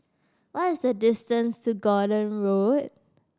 what is the distance to Gordon Road